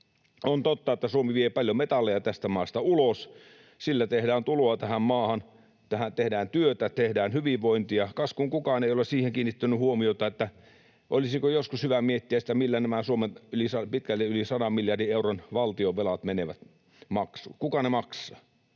On totta, että Suomi vie paljon metalleja tästä maasta ulos. Sillä tehdään tuloa tähän maahan, tehdään työtä, tehdään hyvinvointia. Kas, kun kukaan ei ole siihen kiinnittänyt huomiota, että olisiko joskus hyvä miettiä sitä, millä nämä Suomen pitkälti yli 100 miljardin euron valtionvelat menevät maksuun. Kuka ne maksaa?